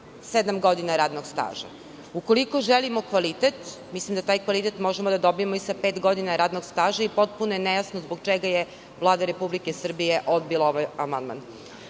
godina radnog staža? Ukoliko želimo kvalitet, mislim da taj kvalitet možemo da dobijemo i sa pet godina radnog staža i potpuno je nejasno zbog čega je Vlada Republike Srbije odbila ovaj amandman. Ministre,